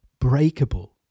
breakable